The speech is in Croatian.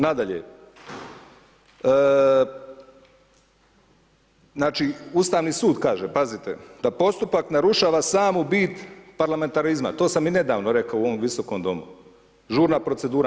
Nadalje, znači Ustavni sud kaže, pazite, da postupak narušava samu bit parlamentarizma, to sam i nedavno rekao u ovom Visokom domu, žurna procedura.